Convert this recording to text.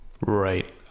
Right